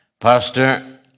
Pastor